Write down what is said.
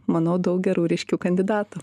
manau daug gerų ryškių kandidatų